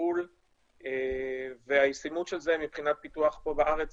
כטיפול והישימות של זה מבחינת פיתוח פה בארץ